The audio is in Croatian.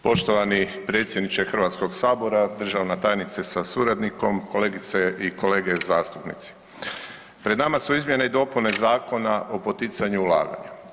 Poštovani predsjedniče Hrvatsko sabora, državna tajnice sa suradnikom, kolegice i kolege zastupnici, pred nama su izmjene i dopune Zakona o poticanju ulaganja.